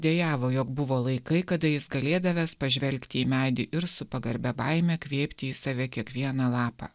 dejavo jog buvo laikai kada jis galėdavęs pažvelgti į medį ir su pagarbia baime kvėpti į save kiekvieną lapą